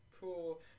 cool